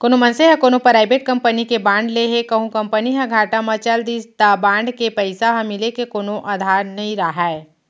कोनो मनसे ह कोनो पराइबेट कंपनी के बांड ले हे कहूं कंपनी ह घाटा म चल दिस त बांड के पइसा ह मिले के कोनो अधार नइ राहय